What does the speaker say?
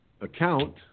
account